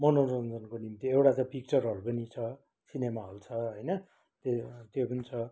मनोरन्जनको निम्ति एउटा त पिक्चर हल पनि छ सिनेमा हल छ होइन त्यो त्यो पनि छ